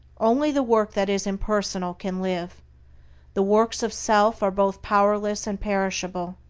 only the work that is impersonal can live the works of self are both powerless and perishable.